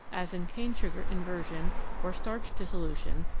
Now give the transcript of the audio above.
as in cane-sugar inversion or starch dissolution,